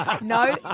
no